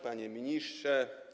Panie Ministrze!